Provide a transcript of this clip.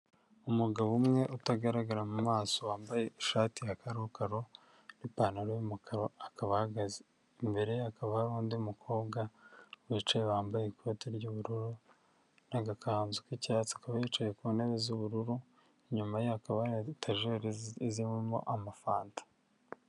Umugabo umwe utagaragara mu mumaso wambaye ishati ya karokaro n'ipantaro y'umukara akaba ahagaze, imbere hakaba hari undi mukobwa wicaye wambaye ikote ry'ubururu n'agakanzu k'icyatsi, akaba yicaye ku ntebe z'ubururu inyuma ye hakaba hari etajeri zirimo amafanta.